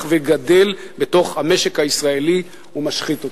וגדל בתוך המשק הישראלי ומשחית אותו.